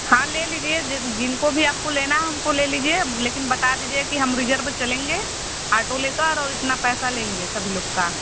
हाँ ले लीजिए जिन जिनको भी आपको लेना हो उनको ले लीजिए लेकिन बता दीजिए कि हम रिज़र्व चलेंगे ऑटो लेकर और इतना पैसा लेंगे सभी लोग का